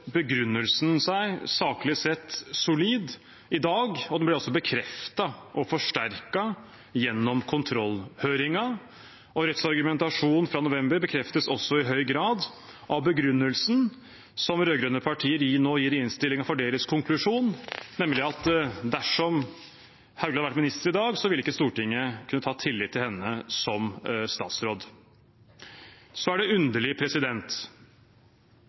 begrunnelsen seg, saklig sett, solid – og den ble også bekreftet og forsterket gjennom kontrollhøringen. Rettsargumentasjonen fra november bekreftes også i høy grad av begrunnelsen som rød-grønne partier nå gir for sin konklusjon i innstillingen, nemlig at dersom Anniken Hauglie hadde vært statsråd i dag, ville ikke Stortinget kunne ha tillit til henne som statsråd. Så er det underlig